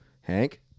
Hank